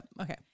Okay